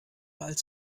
als